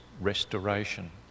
restoration